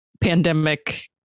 pandemic